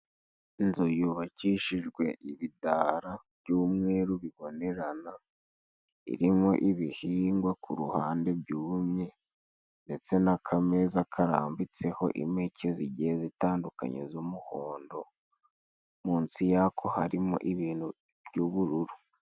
Inzu yubakishijwe ibidara by'umweru bibonerana. Irimo ibihingwa ku ruhande byumye ndetse n'akameza, karambitseho impeke zigiye zitandukanye z'umuhondo. Munsi yako harimo ibintu by'ubururu.